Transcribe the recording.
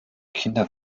kinder